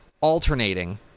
alternating